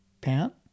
pant